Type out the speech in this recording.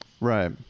Right